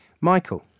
Michael